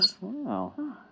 Wow